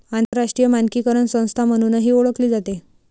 आंतरराष्ट्रीय मानकीकरण संस्था म्हणूनही ओळखली जाते